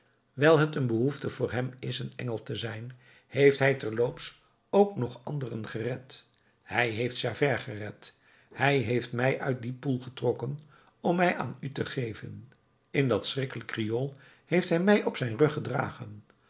wijl het een behoefte voor hem is een engel te zijn heeft hij terloops ook nog anderen gered hij heeft javert gered hij heeft mij uit dien poel getrokken om mij aan u te geven in dat schrikkelijk riool heeft hij mij op zijn rug gedragen